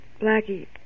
Blackie